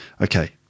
Okay